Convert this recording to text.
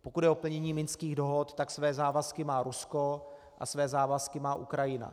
Pokud jde o plnění minských dohod, tak své závazky má Rusko a své závazky má Ukrajina.